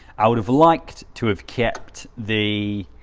i would have liked to have kept the